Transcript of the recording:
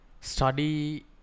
study